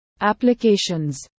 applications